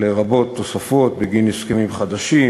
לרבות תוספות בגין הסכמים חדשים,